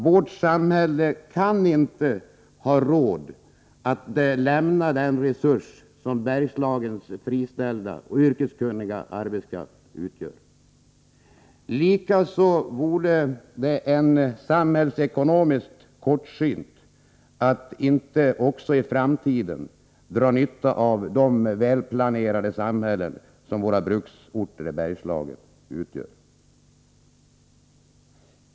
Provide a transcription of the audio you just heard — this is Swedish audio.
Vårt samhälle kan inte ha råd att lämna den resurs som Bergslagens friställda och yrkeskunniga arbetskraft utgör. Likaså vore det samhällsekonomiskt kortsynt att inte också i framtiden dra nytta av de välplanerade samhällen som våra bruksorter i Bergslagen utgör.